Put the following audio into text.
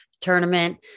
tournament